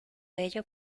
ello